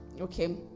Okay